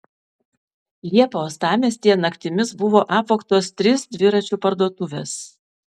liepą uostamiestyje naktimis buvo apvogtos trys dviračių parduotuvės